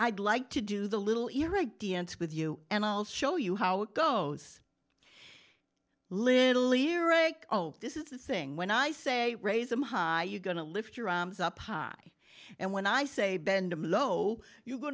i'd like to do the little irig dns with you and i'll show you how it goes little ear ache oh this is the thing when i say raise them high you're going to lift your arms up high and when i say bend i'm low you go